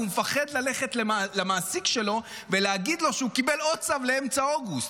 והוא מפחד ללכת למעסיק שלו ולהגיד לו שהוא קיבל עוד צו לאמצע אוגוסט.